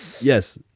yes